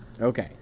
Okay